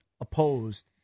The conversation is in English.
opposed